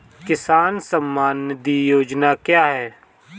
किसान सम्मान निधि योजना क्या है?